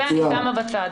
זה אני שמה בצד.